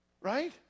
Right